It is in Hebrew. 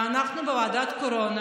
ואנחנו בוועדת הקורונה,